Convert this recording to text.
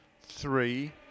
three